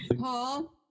Paul